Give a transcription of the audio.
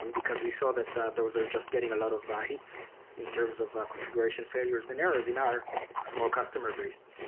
and because we saw that that those are just getting a lot of ah hits in terms of configuration failures and errors in our small customer base.